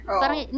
parang